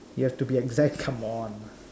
you have to be exact come on